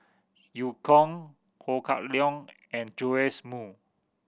Eu Kong Ho Kah Leong and Joash Moo